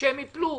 שייפלו.